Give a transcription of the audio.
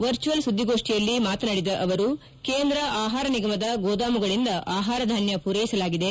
virtual ಸುಧಿಗೋಷ್ಷಿಯಲ್ಲಿ ಮಾತನಾಡಿದ ಅವರು ಕೇಂದ್ರ ಆಹಾರ ನಿಗಮದ ಗೋದಾಮುಗಳಿಂದ ಆಹಾರ ಧಾನ್ನ ಪೂರ್ಸೆಸಲಾಗಿದೆ